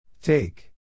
Take